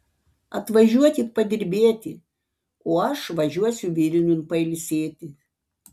atvažiuokit padirbėti o aš važiuosiu vilniun pailsėti